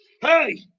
hey